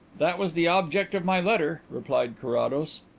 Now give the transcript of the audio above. that was the object of my letter, replied carrados.